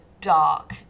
dark